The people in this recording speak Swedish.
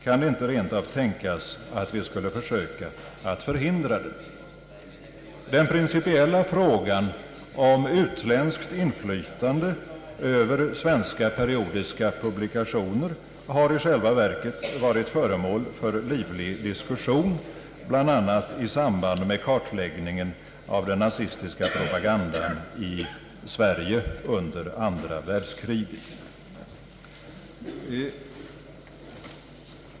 Kan det inte rent av tänkas att vi skulle söka förhindra den? Den principiella frågan om utländskt inflytande över svenska periodiska publikationer har i själva verket varit föremål för livlig diskussion, bland annat i samband med kartläggningen av den nazistiska propagandan i Sverige under andra världskriget.